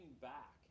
back